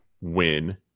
win